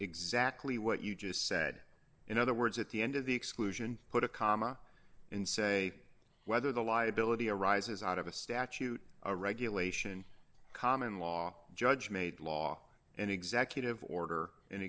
exactly what you just said in other words at the end of the exclusion put a comma in say whether the liability arises out of a statute or regulation common law judge made law an executive order an